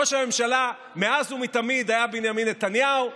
ראש הממשלה מאז ומתמיד היה בנימין נתניהו.